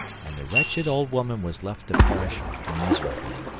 and the wretched old woman was left to perish miserably.